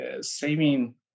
saving